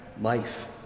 life